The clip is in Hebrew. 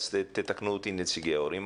יתקנו אותי נציגי ההורים,